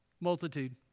Multitude